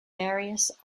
various